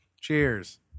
Cheers